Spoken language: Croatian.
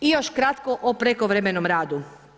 I još kratko o prekovremenom radu.